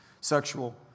sexual